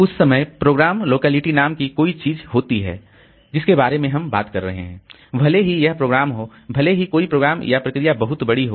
उसी समय program locality नाम की कोई चीज होती है जिसके बारे में हम बात कर रहे हैं भले ही वह प्रोग्राम हो भले ही कोई प्रोग्राम या प्रोसेस बहुत बड़ी हो